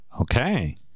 Okay